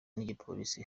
n’igipolisi